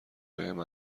بهم